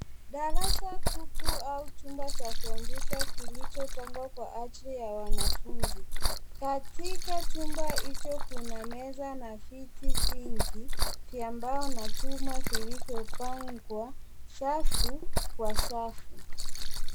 Darasa tupu au chumba cha kompyuta kilichopangwa kwa ajili ya wanafunzi. Katika chumba hicho kuna meza na viti vingi vya mbao na chuma vilivyopangwa safu kwa safu.